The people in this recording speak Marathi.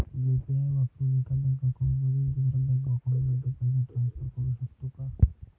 यु.पी.आय वापरून एका बँक अकाउंट मधून दुसऱ्या बँक अकाउंटमध्ये पैसे ट्रान्सफर करू शकतो का?